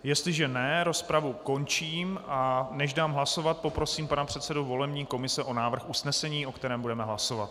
Jestliže nikdo, rozpravu končím, a než dám hlasovat, poprosím pana předsedu volební komise o návrh usnesení, o kterém budeme hlasovat.